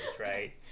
right